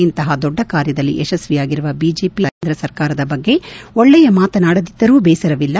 ಇಂತಹ ದೊಡ್ಡ ಕಾರ್ಯದಲ್ಲಿ ಯಶಸ್ವಿಯಾಗಿರುವ ಬಿಜೆಪಿ ನೇತೃತ್ವದ ಕೇಂದ್ರ ಸರ್ಕಾರದ ಬಗ್ಗೆ ಒಳ್ಳೆಯ ಮಾತನಾಡದಿದ್ದರೂ ದೇಸರವಿಲ್ಲ